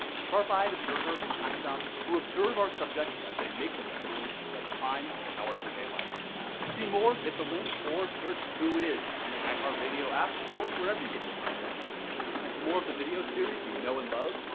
sharp-eyed observers and confidants who observe our subjects as they make the decisions that define our everyday lives. to see more hit the link or search who is on the iheartradio app or wherever you get your podcasts and for more of the video series, you know and love,